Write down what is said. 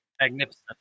Magnificent